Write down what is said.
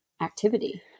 activity